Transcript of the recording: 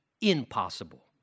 impossible